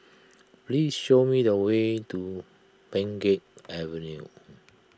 please show me the way to Pheng Geck Avenue